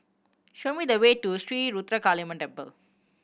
show me the way to Ruthra Kaliamman Temple